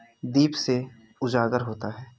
दीप से उजागर होता है